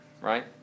right